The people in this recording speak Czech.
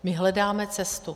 My hledáme cestu.